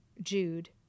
Jude